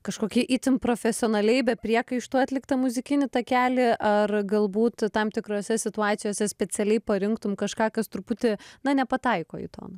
kažkokį itin profesionaliai be priekaištų atliktą muzikinį takelį ar galbūt tam tikrose situacijose specialiai parinktum kažką kas truputį na nepataiko į toną